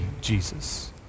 Jesus